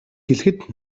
хэлэхэд